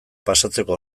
pasatzeko